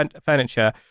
furniture